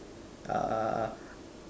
uh